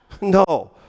No